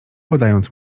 podając